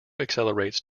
accelerates